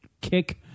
kick